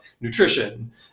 nutrition